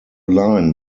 line